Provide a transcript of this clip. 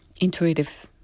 intuitive